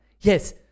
Yes